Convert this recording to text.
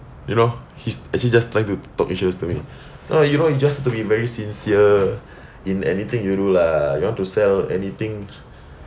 you know he's actually just trying to talk insurance to me ah you know you just need to be very sincere in anything you do lah you want to sell anything